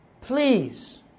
please